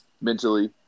mentally